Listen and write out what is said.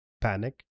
Panic